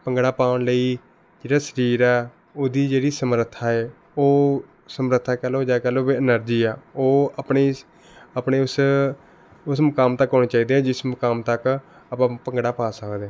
ਭੰਗੜਾ ਪਾਉਣ ਲਈ ਜਿਹੜਾ ਸਰੀਰ ਹੈ ਉਹਦੀ ਜਿਹੜੀ ਸਮਰੱਥਾ ਏ ਉਹ ਸਮਰੱਥਾ ਕਹਿ ਲਉ ਜਾਂ ਕਹਿ ਲਉ ਕਿ ਐਨਰਜੀ ਆ ਉਹ ਆਪਣੇ ਆਪਣੇ ਉਸ ਉਸ ਮੁਕਾਮ ਤੱਕ ਹੋਣੀ ਚਾਹੀਦੀ ਹੈ ਜਿਸ ਮੁਕਾਮ ਤੱਕ ਆਪਾਂ ਭੰਗੜਾ ਪਾ ਸਕਦੇ ਹਾਂ